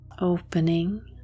opening